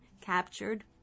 captured